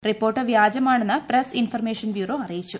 report വ്യാജമാണെന്ന് press ് information bureau അറിയിച്ചു